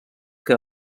que